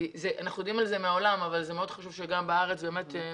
אנחנו יודעים על זה מהעולם אבל זה מאוד חשוב שגם בארץ אנשים